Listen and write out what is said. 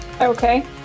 Okay